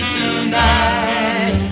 tonight